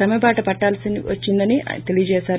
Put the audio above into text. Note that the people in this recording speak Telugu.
సమ్మెబాట పట్టాలని నిర్ణయించామని తెలిపారు